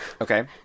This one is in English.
Okay